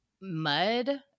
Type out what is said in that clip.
mud